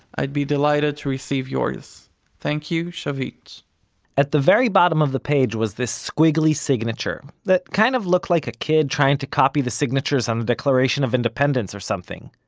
i'd be delighted to receive yours thank you, shavit at the very bottom of the page was this squiggly signature, that kind of looked like a kid trying to copy the signatures on the declaration of independence or something,